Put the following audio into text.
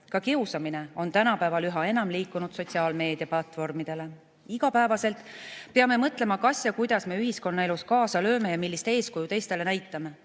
Ka kiusamine on tänapäeval üha enam liikunud sotsiaalmeedia platvormidele. Igapäevaselt peame mõtlema, kas ja kuidas me ühiskonnaelus kaasa lööme ja millist eeskuju teistele näitame.